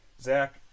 zach